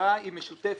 המטרה היא משותפת,